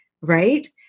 right